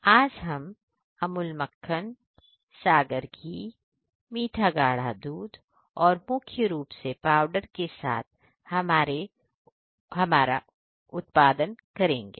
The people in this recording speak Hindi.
आज हम अमूल मक्खन सागर घी मीठा गाढ़ा दूध और मुख्य रूप से पाउडर के साथ हमारे उत्पाद का उत्पादन करेंगे